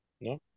no